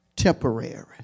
temporary